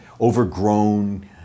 overgrown